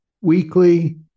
weekly